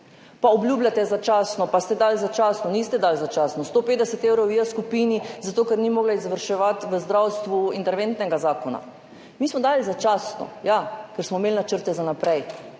pa obljubljate začasno pa ste dali začasno, niste dali začasno 150 evrov skupini J, zato ker ni mogla izvrševati v zdravstvu interventnega zakona. Mi smo dali začasno, ja, ker smo imeli načrte za naprej,